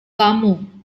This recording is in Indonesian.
kamu